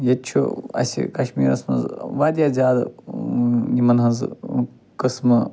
ییتہِ چھُ اسہِ کشمیٖرس منٛز واریاہ زیادٕ یِمن ہنٛزۍ قٕسمہٕ